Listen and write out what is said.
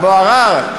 אבו עראר,